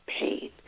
pain